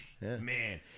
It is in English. Man